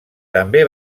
també